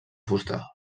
fusta